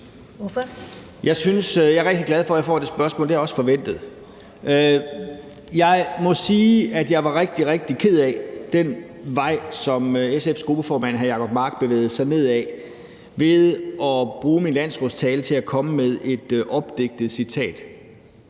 Jeg er rigtig glad for, at jeg får det spørgsmål, og jeg havde også forventet det. Jeg må sige, at jeg var rigtig, rigtig ked af den vej, som SF's gruppeformand, hr. Jacob Mark, bevægede sig ned af ved at bruge min landsrådstale til at komme med et opdigtet citat